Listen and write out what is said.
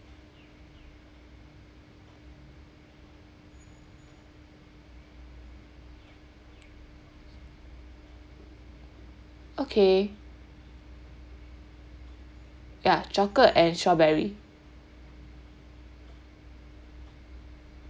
okay ya chocolate and strawberry